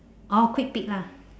oh quick peek lah